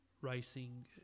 Racing